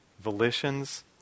volitions